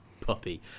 puppy